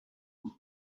ring